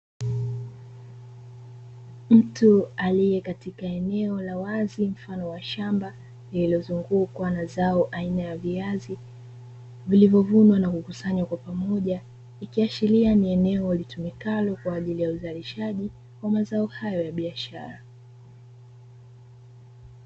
Mtu aliye katika eneo la wazi mfano wa shamba lililozungukwa na zao aina ya viazi vilivyo vunwa na kukusanywa kwa pamoja, ikiashiria ni eneo litumikalo kwa ajili ya uzalishaji wa mazao hayo ya biashara.